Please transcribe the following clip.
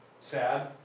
sad